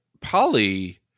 Polly